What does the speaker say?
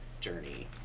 journey